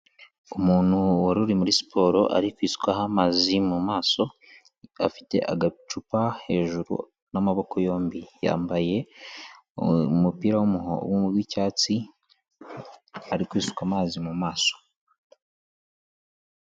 Umuntu wari uri muri siporo ari kwisukaho amazi mu maso afite agacupa hejuru n'amaboko yombi, yambaye umupira w'icyatsi ari kwisuka amazi mu maso.